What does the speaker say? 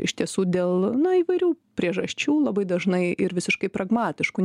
iš tiesų dėl nu įvairių priežasčių labai dažnai ir visiškai pragmatiškų